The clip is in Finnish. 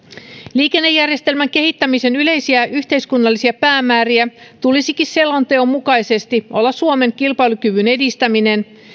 liikennejärjestelmän kehittämisen yleisiä yhteiskunnallisia päämääriä tulisikin selonteon mukaisesti olla suomen kilpailukyvyn edistäminen